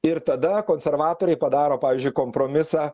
ir tada konservatoriai padaro pavyzdžiui kompromisą